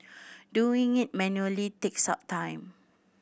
doing it manually takes up time